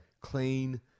clean